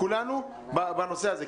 כולנו בנושא הזה,